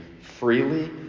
freely